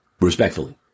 Respectfully